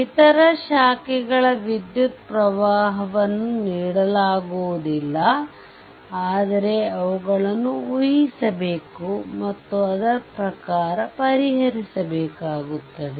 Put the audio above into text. ಇತರ ಶಾಖೆಗಳ ವಿದ್ಯುತ್ ಪ್ರವಾಹವನ್ನು ನೀಡಲಾಗುವುದಿಲ್ಲ ಆದರೆ ಅವುಗಳನ್ನು ಊಹಿಸಬೇಕು ಮತ್ತು ಅದರ ಪ್ರಕಾರ ಪರಿಹರಿಸಬೇಕಾಗುತ್ತದೆ